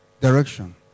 direction